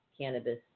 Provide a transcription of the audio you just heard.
cannabis